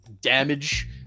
Damage